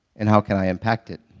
and how can i impact it?